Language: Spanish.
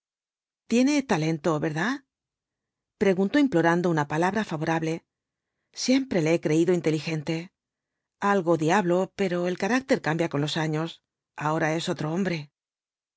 tiene talento verdad preguntó implorando una palabra favorable siempre le he creído inteligente algo diablo pero el carácter cambia con los años ahora es otro hombre